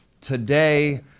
Today